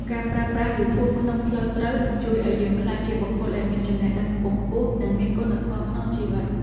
ការប្រើប្រាស់យូធូបក្នុងផ្លូវត្រូវនឹងជួយឱ្យយើងក្លាយជាបុគ្គលដែលមានចំណេះដឹងខ្ពង់ខ្ពស់ និងមានគុណធម៌ក្នុងជីវិត។